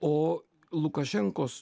o lukašenkos